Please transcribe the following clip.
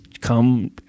come